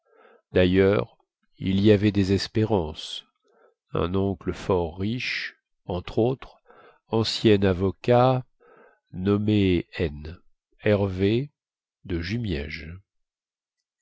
dailleurs il y avait des espérances un oncle fort riche entre autres ancien avocat nommé n hervé